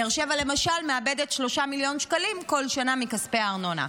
באר שבע למשל מאבדת 3 מיליון שקלים כל שנה מכספי הארנונה,